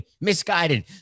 misguided